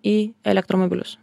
į elektromobilius